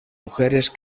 mujeres